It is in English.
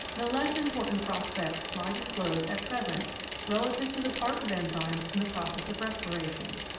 no less important prospects lie disclosed at present relative to the part of enzymes in the process of respiration.